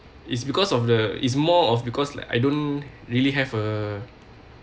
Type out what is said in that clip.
is because of the is more of because like I don't really have a